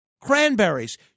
Cranberries